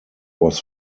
was